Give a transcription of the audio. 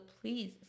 please